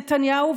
נתניהו,